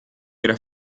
era